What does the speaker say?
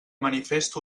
manifest